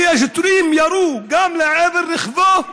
כי השוטרים ירו גם לעבר רכבו